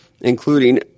including